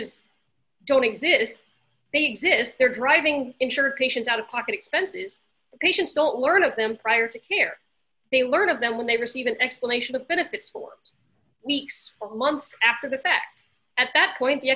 s don't exist they exist they're driving insured patients out of pocket expenses patients don't learn of them prior to care they learn of them when they receive an explanation of benefits for weeks or months after the fact at that point the